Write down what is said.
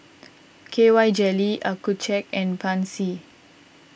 K Y Jelly Accucheck and Pansy